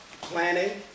planning